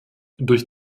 durch